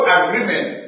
agreement